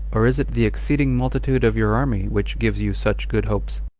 or is it the exceeding multitude of your army which gives you such good hopes?